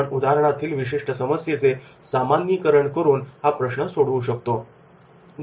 आपण उदाहरणातील विशिष्ट समस्येचे सामान्यीकरण करून हा प्रश्न सोडू शकतो